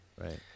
Right